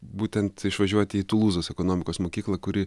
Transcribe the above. būtent išvažiuoti į tulūzos ekonomikos mokyklą kuri